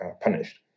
punished